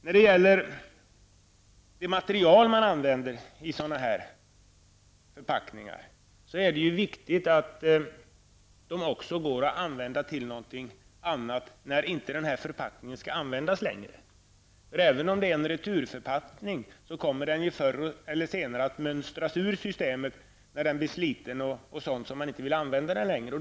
När det gäller de material man använder i förpackningar, är det viktigt att de också går att använda till någonting annat när förpackningen inte skall användas längre. Även om det är en returförpackning kommer den förr eller senare att mönstras ut ur systemet när den blir sliten och man inte vill använda den längre.